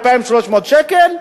2,300 שקל,